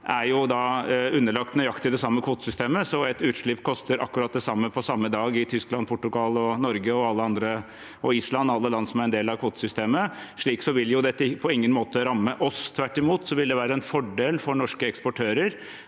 er underlagt nøyaktig det samme kvotesystemet, så et utslipp koster akkurat det samme på samme dag i Tyskland, Portugal, Norge, Island og alle andre land som er del av kvotesystemet. Slik sett vil det på ingen måte ramme oss. Tvert imot vil det være en fordel for norske eksportører